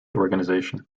organization